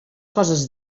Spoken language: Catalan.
coses